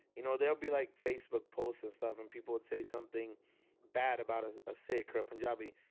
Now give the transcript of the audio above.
you know there'll be like facebook posts and stuff. and people would say something bad about ah a sikh or a punjabi.